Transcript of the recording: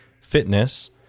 Fitness